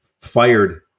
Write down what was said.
fired